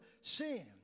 sin